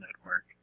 Network